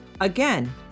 Again